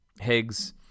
Higgs